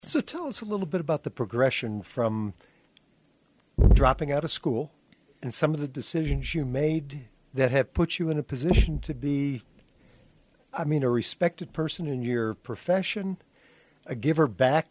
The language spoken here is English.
so tell us a little bit about the progression from dropping out of school and some of the decisions you made that have put you in a position to be i mean a respected person in your profession a giver back